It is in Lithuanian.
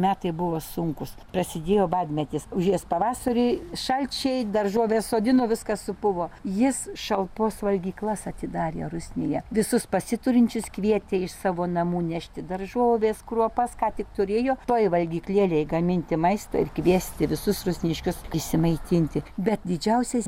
metai buvo sunkūs prasidėjo badmetis užėjus pavasariui šalčiai daržoves sodino viskas supuvo jis šalpos valgyklas atidarė rusnėje visus pasiturinčius kvietė iš savo namų nešti daržoves kruopas ką tik turėjo toj valgyklėlėj gaminti maistą ir kviesti visus rusniškius išsimaitinti bet didžiausias